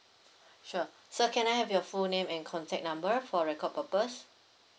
sure sir can I have your full name and contact number for record purpose